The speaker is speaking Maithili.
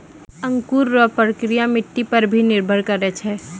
अंकुर रो प्रक्रिया मट्टी पर भी निर्भर करै छै